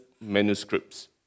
manuscripts